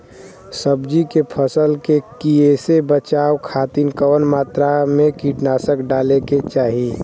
सब्जी के फसल के कियेसे बचाव खातिन कवन मात्रा में कीटनाशक डाले के चाही?